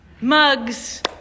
Mugs